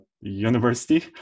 university